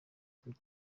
pour